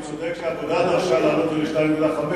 הוא צודק שהעבודה דרשה להעלות את זה ל-2.5%.